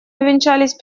увенчались